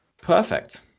perfect